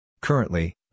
Currently